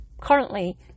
currently